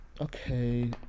okay